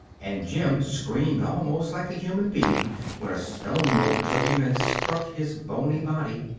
and jim screamed almost like a human being when a stone overtook him and struck his boney body.